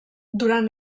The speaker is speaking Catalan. durant